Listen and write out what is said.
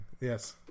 yes